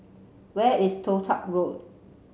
where is Toh Tuck Road